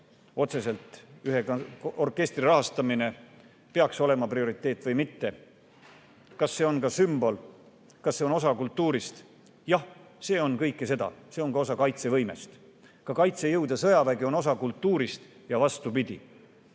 otseselt ühe orkestri rahastamine peaks olema prioriteet või mitte? Kas see on sümbol, kas see on osa kultuurist? Jah, see on kõike seda. See on ka osa kaitsevõimest. Ka kaitsejõud ja sõjavägi on osa kultuurist, ja vastupidi.